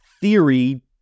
theory